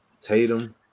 Tatum